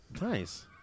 nice